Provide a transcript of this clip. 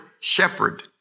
shepherd